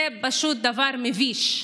זה פשוט דבר מביש.